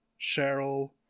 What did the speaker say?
Cheryl